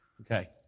Okay